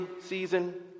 season